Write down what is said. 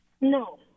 No